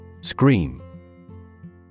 Scream